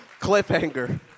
Cliffhanger